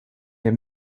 der